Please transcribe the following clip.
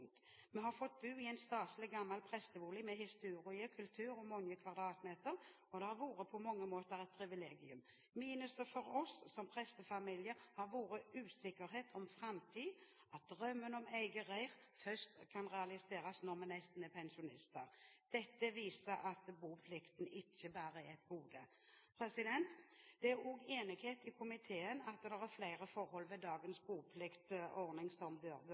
har fått bu i ein stasleg gamal prestebustad med historie, kultur og mange kvadratmeter og det har vore på mange måtar eit privilegium. Minuset for oss som prestefamilie har vore usikkerhet om framtid, at draumen om eige reir først kan realiserast når vi nesten er pensjonistar.» Dette viser at boplikten ikke bare er et gode. Det er enighet i komiteen om at det er flere forhold ved dagens bopliktordning som